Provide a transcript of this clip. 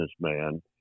businessman